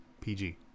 PG